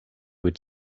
would